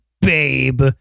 babe